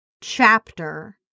chapter